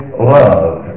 love